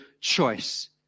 choice